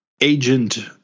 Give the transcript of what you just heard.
agent